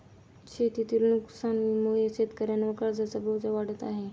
शेतीतील नुकसानीमुळे शेतकऱ्यांवर कर्जाचा बोजा वाढत आहे